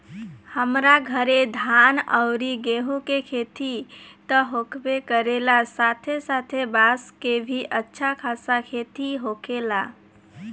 हमरा घरे धान अउरी गेंहू के खेती त होखबे करेला साथे साथे बांस के भी अच्छा खासा खेती होखेला